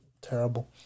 Terrible